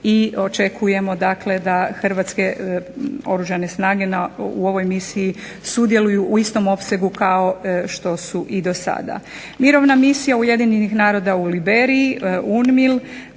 i očekujemo da Hrvatske oružane snage u ovoj misiji sudjeluju u istom opsegu kao što su i do sada. Mirovna misija Ujedinjenih naroda u Liberiji UNMIL